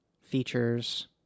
features